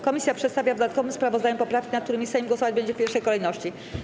Komisja przedstawia w dodatkowym sprawozdaniu poprawki, nad którymi Sejm głosować będzie w pierwszej kolejności.